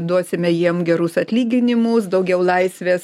duosime jiem gerus atlyginimus daugiau laisvės